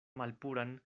malpuran